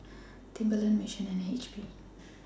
Timberland Mission and H P